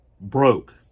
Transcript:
broke